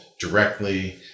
directly